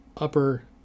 upper